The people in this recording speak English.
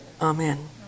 Amen